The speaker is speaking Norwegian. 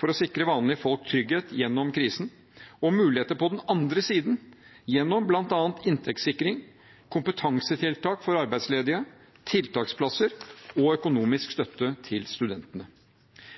for å sikre vanlige folk trygghet gjennom krisen og muligheter på den andre siden, gjennom bl.a. inntektssikring, kompetansetiltak for arbeidsledige, tiltaksplasser og økonomisk støtte til studentene.